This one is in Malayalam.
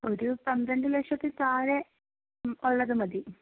ഒരു പന്ത്രണ്ട് ലക്ഷത്തിന് താഴെ ഉള്ളതു മതി